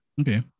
Okay